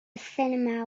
cinema